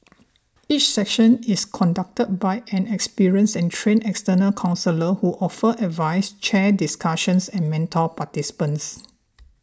each session is conducted by an experienced and trained external counsellor who offers advice chairs discussions and mentors participants